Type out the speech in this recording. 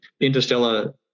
interstellar